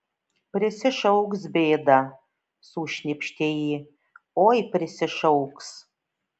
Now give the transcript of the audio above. prisišauks bėdą sušnypštė ji oi prisišauks